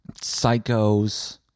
psychos